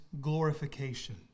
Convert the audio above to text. glorification